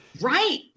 right